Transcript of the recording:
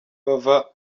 bava